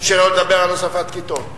שלא לדבר על הוספת כיתות.